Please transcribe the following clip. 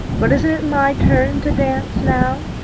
but isn't it my turn to dance now?